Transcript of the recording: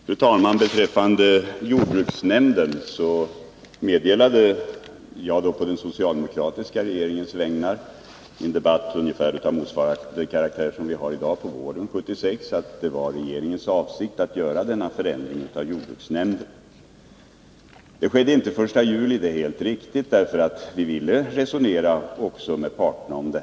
Fru talman! I en riksdagsdebatt våren 1976 av ungefär samma karaktär som dagens meddelade jag på den socialdemokratiska regeringens vägnar att det var regeringens avsikt att göra denna förändring av jordbruksnämnden. Det är helt riktigt att det inte skedde den 1 juli, då vi först ville diskutera saken med berörda parter.